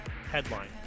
headline